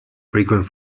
frequent